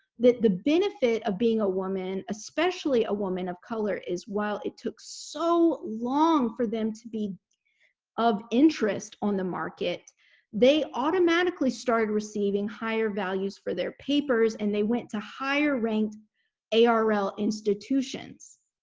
that the benefit of being a woman, especially a woman of color, is while it took so long for them to be of interest on the market they automatically started receiving higher values for their papers and they went to higher ranked arl institutions.